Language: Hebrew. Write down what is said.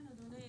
כן, אדוני.